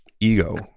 Ego